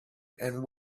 and